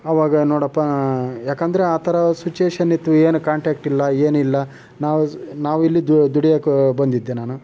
ಅವಾಗ ನೋಡಪ್ಪ ಏಕೆಂದ್ರೆ ಆ ಥರ ಸ್ವಿಚುಯೇಷನ್ನಿತ್ತು ಏನು ಕಾಂಟ್ಯಾಕ್ಟ್ ಇಲ್ಲ ಏನಿಲ್ಲ ನಾವು ನಾವಿಲ್ಲಿ ದುಡಿಯೋಕ್ಕೆ ಬಂದಿದ್ದೆ ನಾನು